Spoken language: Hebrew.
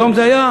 היום זה היה?